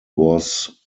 was